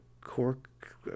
cork